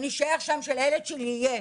אני אישאר שם בשביל שלילד שלי יהיה.."